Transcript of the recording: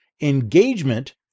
engagement